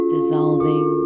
dissolving